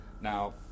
Now